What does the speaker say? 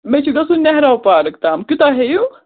مےٚ چھُ گژھُن نہرو پارک تام کیٛوٗتاہ ہیٚیِو